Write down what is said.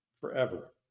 forever